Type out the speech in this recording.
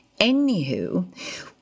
Anywho